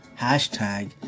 Hashtag